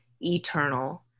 eternal